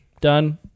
done